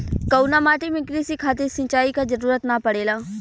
कउना माटी में क़ृषि खातिर सिंचाई क जरूरत ना पड़ेला?